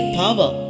power